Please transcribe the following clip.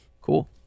cool